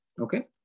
Okay